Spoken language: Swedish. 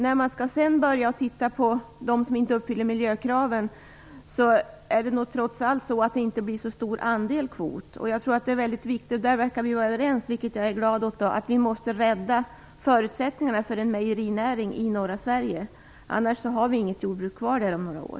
När man sedan skall titta på dem som inte uppfyller miljökraven blir det nog trots allt inte fråga om så stor andel kvot. Vi verkar där vara överens om, vilket jag är glad över, att vi måste rädda förutsättningarna för en mejerinäring i norra Sverige. Annars har vi inget jordbruk kvar där om några år.